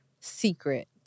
secret